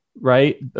right